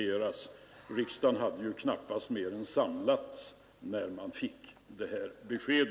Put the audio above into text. Riksdagen hade ju knappt hunnit mer än samlas när den fick detta besked.